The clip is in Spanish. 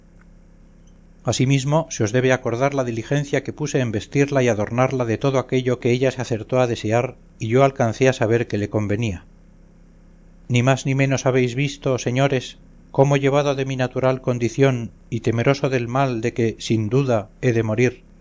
asimismo se os debe acordar la diligencia que puse en vestirla y adornarla de todo aquello que ella se acertó a desear y yo alcancé a saber que le convenía ni más ni menos habéis visto señores cómo llevado de mi natural condición y temeroso del mal de que sin duda he de morir